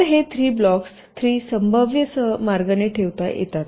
तर हे 3 ब्लॉक्स 3 संभाव्य मार्गाने ठेवता येतात